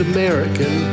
American